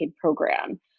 program